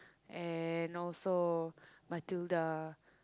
and also Matilda